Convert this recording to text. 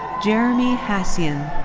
jeremy hasian.